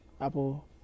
Apple